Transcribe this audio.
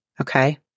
okay